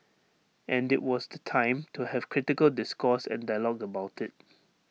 and IT was the time to have critical discourse and dialogue about IT